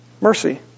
Mercy